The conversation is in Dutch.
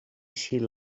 ziel